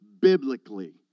biblically